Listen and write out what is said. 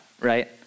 right